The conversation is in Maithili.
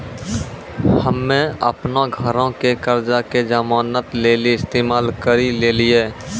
हम्मे अपनो घरो के कर्जा के जमानत लेली इस्तेमाल करि लेलियै